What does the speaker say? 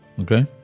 okay